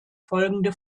folgende